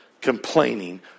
complaining